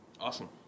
Awesome